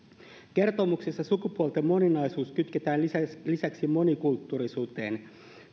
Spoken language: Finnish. kertomuksessa sukupuolten moninaisuus kytketään lisäksi lisäksi monikulttuurisuuteen